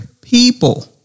people